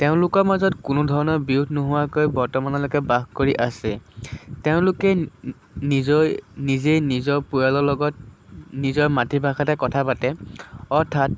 তেওঁলোকৰ মাজত কোনো ধৰণৰ বিৰোধ নোহোৱাকৈ বৰ্তমানলৈকে বাস কৰি আছে তেওঁলোকে নিজৰ নিজেই নিজৰ পৰিয়ালৰ লগত নিজৰ মাতৃভাষাতে কথা পাতে অৰ্থাৎ